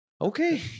Okay